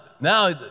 now